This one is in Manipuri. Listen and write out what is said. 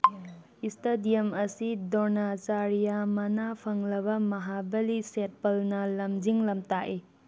ꯏꯁꯇꯗꯤꯌꯝ ꯑꯁꯤ ꯗ꯭ꯔꯣꯅꯆꯥꯔꯌꯥ ꯃꯅꯥ ꯐꯪꯂꯕ ꯃꯍꯥꯕꯂꯤ ꯁꯦꯠꯄꯜꯅ ꯂꯝꯖꯤꯡ ꯂꯝꯇꯥꯀꯏ